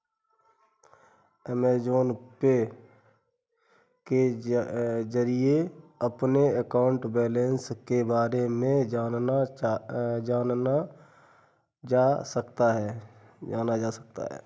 Amazon Pay के जरिए अपने अकाउंट बैलेंस के बारे में जाना जा सकता है